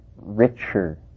richer